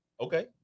Okay